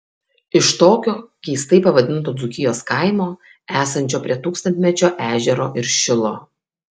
iš tokio keistai pavadinto dzūkijos kaimo esančio prie tūkstantmečio ežero ir šilo